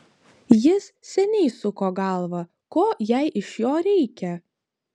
jis seniai suko galvą ko jai iš jo reikia